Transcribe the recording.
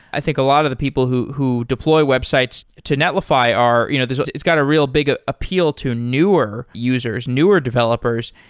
i think a lot of the people who who deploy websites to netlify are you know it's got a real big appeal to newer users, newer developers.